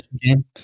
game